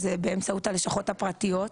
אז זה באמצעות הלשכות הפרטיות.